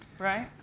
right?